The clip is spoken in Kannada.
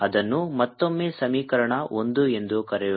ಅದನ್ನು ಮತ್ತೊಮ್ಮೆ ಸಮೀಕರಣ ಒಂದು ಎಂದು ಕರೆಯೋಣ